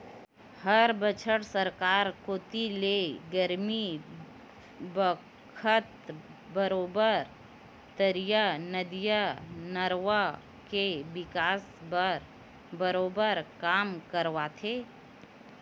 हर बछर सरकार कोती ले गरमी बखत बरोबर तरिया, नदिया, नरूवा के बिकास बर बरोबर काम करवाथे